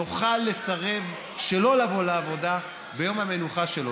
יוכל לסרב ולא לבוא לעבודה ביום המנוחה שלו.